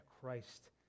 Christ